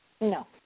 No